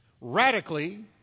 radically